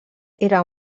era